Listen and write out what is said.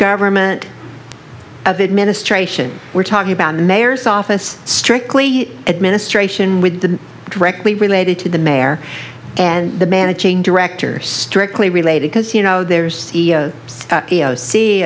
government of administration we're talking about the mayor's office strictly administration with the directly related to the mayor and the managing director directly related because you know there's